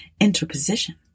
interposition